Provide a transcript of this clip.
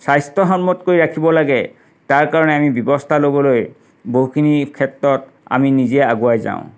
স্বাস্থ্যসন্মত কৰি ৰাখিব লাগে তাৰ কাৰণে আমি ব্যৱস্থা ল'বলৈ বহুখিনি ক্ষেত্ৰত আমি নিজে আগুৱাই যাওঁ